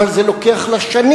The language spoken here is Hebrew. אבל זה לוקח לה שנים.